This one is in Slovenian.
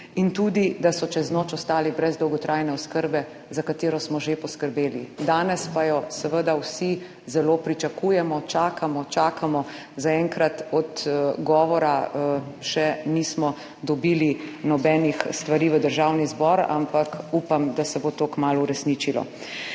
in tudi, da so čez noč ostali brez dolgotrajne oskrbe, za katero smo že poskrbeli. Danes pa jo seveda vsi zelo pričakujemo, čakamo, čakamo, zaenkrat odgovora še nismo dobili nobenih stvari v Državni zbor, ampak upam, da se bo to kmalu uresničilo.